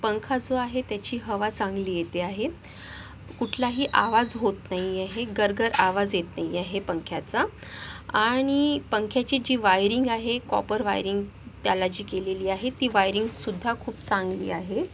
पंखा जो आहे त्याची हवा चांगली येते आहे कुठलाही आवाज होत नाही आहे गरगर आवाज येत नाही आहे पंख्याचा आणि पंख्याची जी वायरिंग आहे कॉपर वायरिंग त्याला जी केलेली आहे ती वायरिंगसुद्धा खूप चांगली आहे